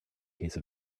case